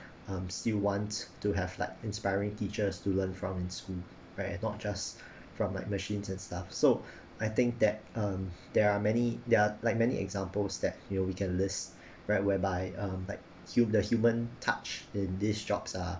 um still want to have like inspiring teachers to learn from in school right not just from like machines and stuff so I think that um there are many there are like many examples that you know we can list right whereby um like hu~ the human touch in these jobs are